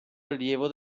allievo